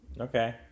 okay